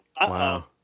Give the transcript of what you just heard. Wow